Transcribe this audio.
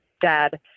dad